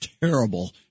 terrible